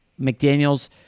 McDaniels